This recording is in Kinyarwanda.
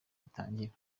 bigitangira